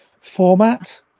format